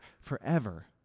forever